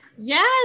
Yes